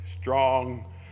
strong